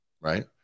right